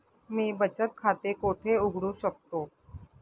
मी बचत खाते कोठे उघडू शकतो?